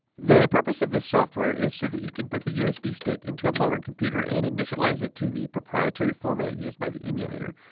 the purpose of this software is so that you can put the usb stick into a modern computer and initialize it to the proprietary format used by the emulator.